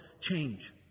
change